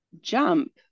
jump